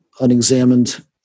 unexamined